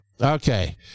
Okay